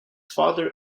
father